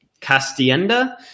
Castienda